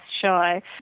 shy